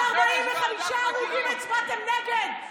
על 45 הרוגים הצבעתם נגד,